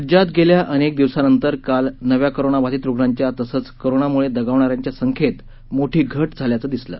राज्यात गेल्या अनेक दिवसानंतर काल नव्या कोरोनाबाधित रुग्णांच्या तसंच कोरोनामुळे दगावणाऱ्यांच्या संख्येत मोठी घट झाल्याचं दिसलं